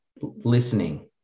listening